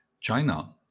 China